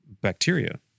bacteria